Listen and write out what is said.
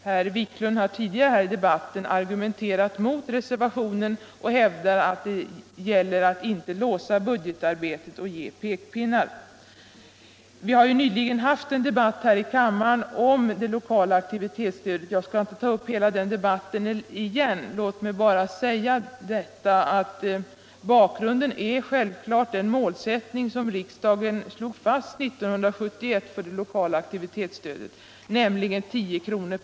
Herr Wiklund har tidigare i debatten argumenterat mot reservationen och hävdar att det gäller att inte låsa budgetarbetet och ge pekpinnar. Vi har nyligen haft en debatt här i kammaren om det lokala aktivitetsstödet. Jag skall inte ta upp hela den debatten igen. Låt mig bara säga att bakgrunden självklart är den målsättning som riksdagen slog fast 1971 för det lokala aktivitetsstödet, nämligen 10 kr.